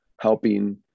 helping